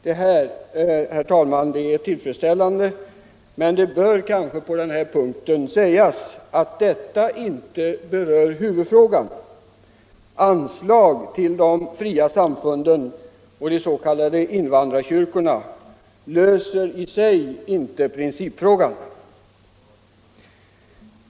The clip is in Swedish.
Detta, herr talman, är tillfredsställande, men det bör kanske på denna punkt sägas att detta icke berör huvudfrågan. Anslag till de fria samfunden och de s.k. invandrarkyrkorna löser i sig inte principfrågan.